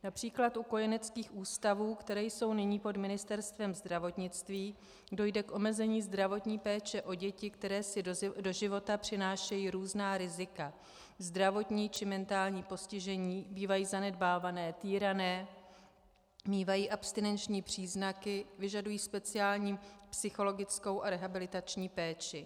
Například u kojeneckých ústavů, které jsou nyní pod Ministerstvem zdravotnictví, dojde k omezení zdravotní péče o děti, které si do života přinášejí různá rizika, zdravotní či mentální postižení, bývají zanedbávané, týrané, mívají abstinenční příznaky, vyžadují speciální psychologickou a rehabilitační péči.